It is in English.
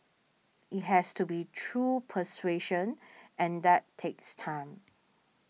it has to be through persuasion and that takes time